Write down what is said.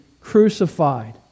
crucified